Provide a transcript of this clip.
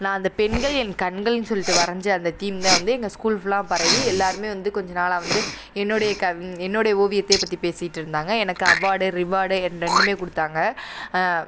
நான் அந்த பெண்கள் என் கண்கள்ன்னு சொல்லிட்டு வரைஞ்ச அந்த தீம் தான் வந்து எங்கள் ஸ்கூல் ஃபுல்லாகவும் பரவி எல்லாருமே வந்து கொஞ்ச நாளாக வந்து என்னோடைய என்னோடைய ஓவியத்தையே பற்றி பேசிகிட்டு இருந்தாங்க எனக்கு அவார்டு ரிவார்டு ரெண்டுமே கொடுத்தாங்க